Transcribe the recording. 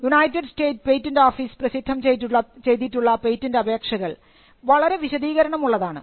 United state patent office പ്രസിദ്ധം ചെയ്തിട്ടുള്ള patent അപേക്ഷകൾ വളരെ വിശദീകരണം ഉള്ളതാണ്